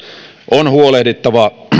on huolehdittava